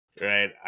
right